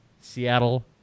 Seattle